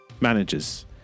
managers